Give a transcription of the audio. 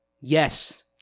Yes